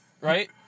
right